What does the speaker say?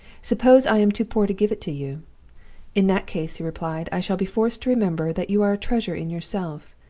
suppose i am too poor to give it to you in that case he replied, i shall be forced to remember that you are a treasure in yourself.